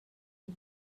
die